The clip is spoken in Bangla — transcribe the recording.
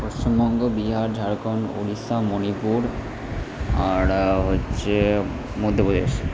পশ্চিমবঙ্গ বিহার ঝাড়খন্ড উড়িষ্যা মণিপুর আর হচ্ছে মধ্যপ্রদেশ